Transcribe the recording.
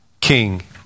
King